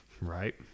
Right